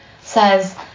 says